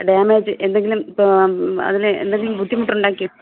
damage എന്തെങ്കിലും ഇപ്പോൾ അതിന് എന്തെങ്കിലും ബുദ്ധിമുട്ടുണ്ടാക്കി